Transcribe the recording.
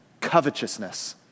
covetousness